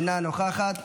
אינה נוכחת,